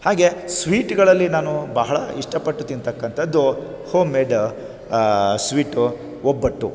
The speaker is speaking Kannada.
ಹಾಗೇ ಸ್ವೀಟ್ಗಳಲ್ಲಿ ನಾನು ಬಹಳ ಇಷ್ಟಪಟ್ಟು ತಿಂತಕ್ಕಂಥದ್ದು ಹೋಮ್ ಮೇಡ್ ಸ್ವೀಟು ಒಬ್ಬಟ್ಟು